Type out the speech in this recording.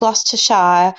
gloucestershire